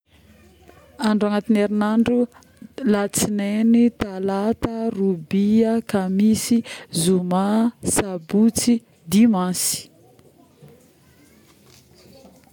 Andro agnatin'ny herinandro Latsignaigny, Talata, Robia, Kamisy, Zoma, Sabotsy, Dimansy